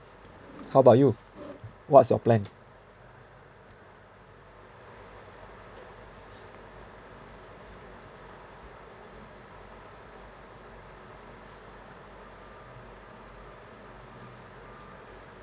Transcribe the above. how about you what's your plan